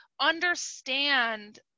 understand